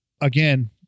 Again